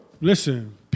listen